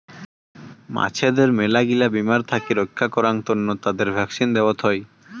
মাছদের মেলাগিলা বীমার থাকি রক্ষা করাং তন্ন তাদের ভ্যাকসিন দেওয়ত হই